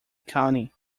county